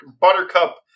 Buttercup